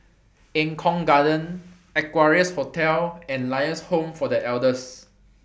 Eng Kong Garden Equarius Hotel and Lions Home For The Elders